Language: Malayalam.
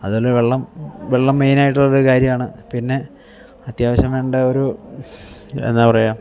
അതുപോലെ വെള്ളം വെള്ളം മെയിനായിട്ടുള്ളൊരു കാര്യമാണ് പിന്നെ അത്യാവശ്യം വേണ്ട ഒരു എന്താ പറയുക